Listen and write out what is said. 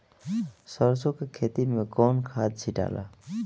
सरसो के खेती मे कौन खाद छिटाला?